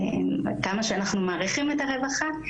כמה שאנחנו מעריכים את הרווחה,